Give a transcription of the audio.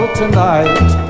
tonight